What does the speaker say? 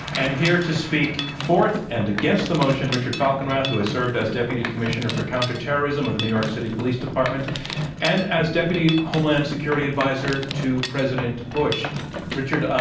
and here to speak fourth and against the motion, richard falkenrath, who has served as deputy commissioner for counterterrorism of the new york city police department and as deputy, homeland security advisor to president bush during um